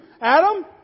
Adam